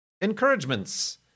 Encouragements